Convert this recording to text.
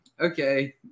okay